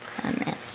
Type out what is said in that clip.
Amen